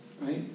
right